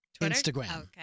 Instagram